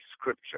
scripture